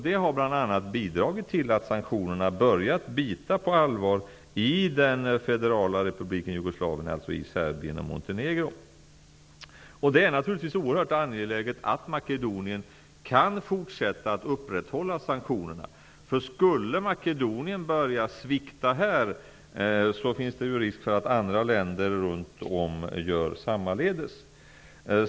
Det har bl.a. bidragit till att sanktionerna börjar bita på allvar i den federala republiken Jugoslavien, alltså i Serbien och Det är naturligtvis oerhört angeläget att Makedonien kan fortsätta att upprätthålla sanktionerna. Skulle Makedonien börja svikta här finns det risk för att andra länder runt om gör sammaledes.